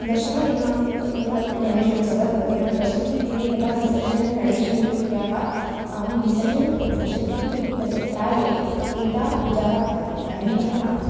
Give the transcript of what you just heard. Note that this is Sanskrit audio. दशमदिनात्मकः गणेशोत्सवः भवति नाम दशमदिने यदा विसर्जनं गणेशमूर्तेः आवां विसर्जनं कुर्वः चेत् इतोऽपि तस्य प्रागेव एताः पूजाः भवन्ति अनन्तः नाम